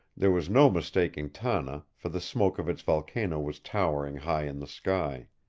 there was no mistaking tanna, for the smoke of its volcano was towering high in the sky.